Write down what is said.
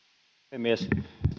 puhemies